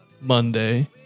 Monday